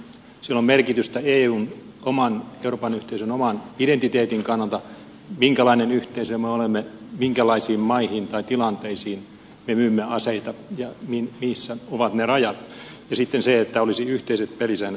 sillä on merkitystä euroopan yhteisön oman identiteetin kannalta minkälainen yhteisö me olemme minkälaisiin maihin tai tilanteisiin me myymme aseita ja missä ovat ne rajat ja että sitten olisi yhteiset pelisäännöt